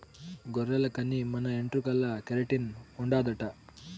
గొర్రెల కన్ని మన ఎంట్రుకల్ల కెరటిన్ ఉండాదట